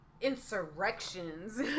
insurrections